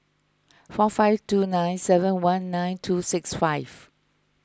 four five two nine seven one nine two six five